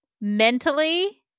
mentally